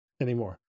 anymore